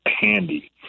handy